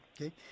okay